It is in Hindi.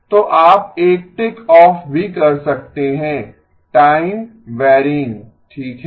तो आप एक टिक ऑफ भी कर सकते हैं टाइम वैरयिंग ठीक है